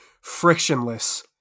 frictionless